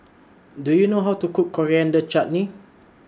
Do YOU know How to Cook Coriander Chutney